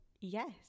yes